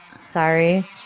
sorry